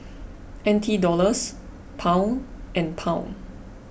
N T Dollars Pound and Pound